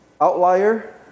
outlier